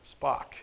Spock